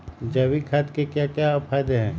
जैविक खाद के क्या क्या फायदे हैं?